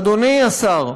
אדוני השר,